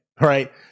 right